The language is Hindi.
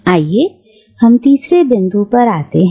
आइए हम तीसरे बिंदु पर आते हैं